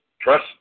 Trust